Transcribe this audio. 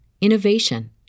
innovation